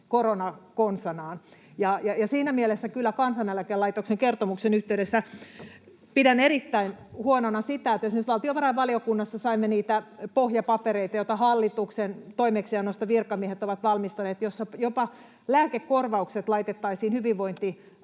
korona konsanaan. Ja siinä mielessä kyllä Kansaneläkelaitoksen kertomuksen yhteydessä pidän erittäin huonona sitä, että esimerkiksi valtiovarainvaliokunnassa saimme niitä pohjapapereita, joita hallituksen toimeksiannosta virkamiehet ovat valmistaneet ja joissa jopa lääkekorvaukset laitettaisiin hyvinvointialueille.